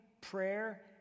prayer